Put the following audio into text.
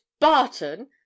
barton